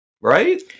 right